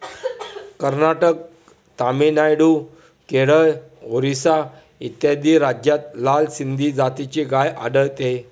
कर्नाटक, तामिळनाडू, केरळ, ओरिसा इत्यादी राज्यांत लाल सिंधी जातीची गाय आढळते